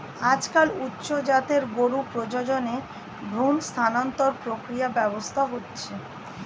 আজকাল উচ্চ জাতের গরুর প্রজননে ভ্রূণ স্থানান্তর প্রক্রিয়া ব্যবহৃত হচ্ছে